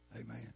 Amen